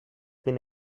been